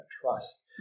trust